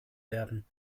werden